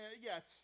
Yes